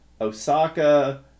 Osaka